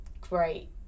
great